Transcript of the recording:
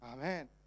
Amen